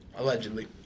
Allegedly